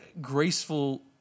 graceful